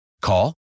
Call